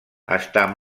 està